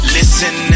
Listen